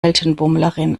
weltenbummlerin